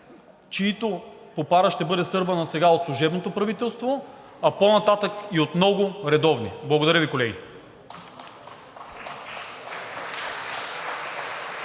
чиято попара ще бъде сърбана сега от служебното правителство, а по-нататък и от много редовни. Благодаря Ви, колеги.